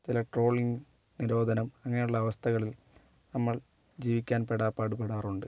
ചില ട്രോളിങ് നിരോധനം അങ്ങനെയുള്ള അവസ്ഥകളിൽ നമ്മൾ ജീവിക്കാൻ പെടാപ്പാട് പെടാറുണ്ട്